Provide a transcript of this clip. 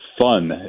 fun